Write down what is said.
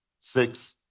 six